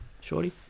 Shorty